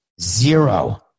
zero